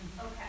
Okay